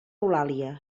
eulàlia